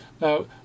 now